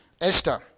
Esther